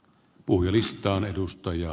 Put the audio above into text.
arvoisa puhemies